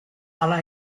hala